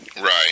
Right